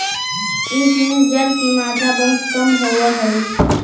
इस में जल की मात्रा बहुत कम होवअ हई